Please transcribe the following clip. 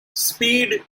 speed